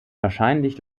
wahrscheinlich